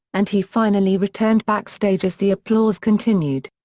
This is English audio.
and he finally returned backstage as the applause continued.